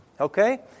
Okay